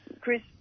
Chris